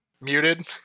muted